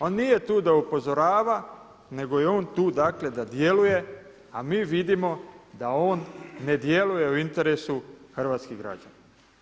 On nije tu da upozorava, nego je on tu dakle da djeluje a mi vidimo da on ne djeluje u interesu hrvatskih građana?